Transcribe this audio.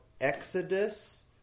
Exodus